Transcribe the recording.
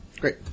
great